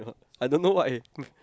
I don't what if